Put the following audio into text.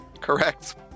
Correct